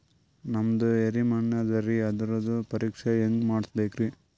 ನಮ್ದು ಎರಿ ಮಣ್ಣದರಿ, ಅದರದು ಪರೀಕ್ಷಾ ಹ್ಯಾಂಗ್ ಮಾಡಿಸ್ಬೇಕ್ರಿ?